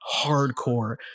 hardcore